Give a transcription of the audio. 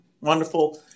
wonderful